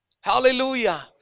Hallelujah